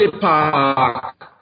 Park